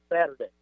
Saturday